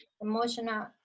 emotional